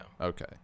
okay